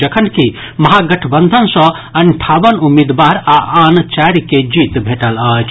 जखनकि महागठबंधन सॅ अठावन उम्मीदवार आ आन चारि कॅ जीत भेटल अछि